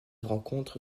rencontre